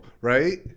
right